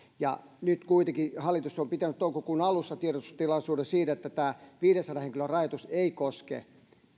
ja nyt kuitenkin hallitus on pitänyt toukokuun alussa tiedotustilaisuuden siitä että tämä viidensadan henkilön rajoitus ei koske